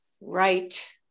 Right